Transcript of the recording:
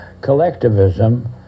collectivism